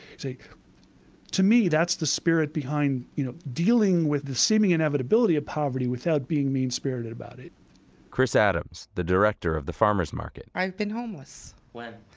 so to me, that's the spirit behind you know dealing with the seeming inevitability of poverty without being mean-spirited about it chris adams, the director of the farmers market i've been homeless. when?